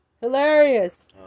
Hilarious